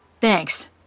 Thanks